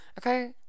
okay